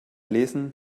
lesen